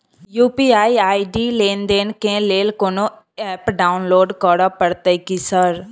UPI ID लेनदेन केँ लेल कोनो ऐप डाउनलोड करऽ पड़तय की सर?